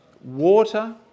Water